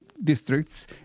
Districts